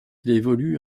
évolue